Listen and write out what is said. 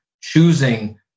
choosing